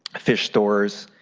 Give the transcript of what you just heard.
ah fish stories,